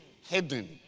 hidden